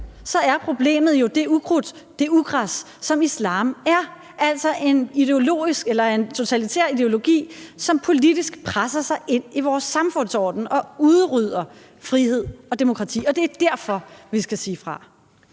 er problemet jo det ukrudt, det ugræs, som islam er, altså en ideologisk eller totalitær ideologi, som politisk presser sig ind i vores samfundsorden og udrydder frihed og demokrati. Og det er derfor, vi skal sige fra.